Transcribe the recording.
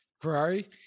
Ferrari